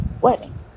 wedding